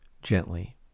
Gently